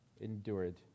endured